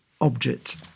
object